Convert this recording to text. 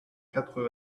quatre